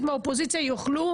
מי אמר שהאופוזיציה לא משפיעה?